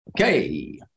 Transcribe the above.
Okay